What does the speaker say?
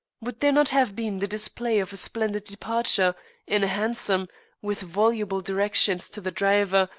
would there not have been the display of a splendid departure in a hansom with voluble directions to the driver,